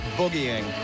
boogieing